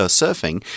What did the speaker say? surfing